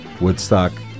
Woodstock